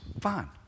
Fine